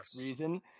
reason